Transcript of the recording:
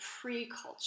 pre-culture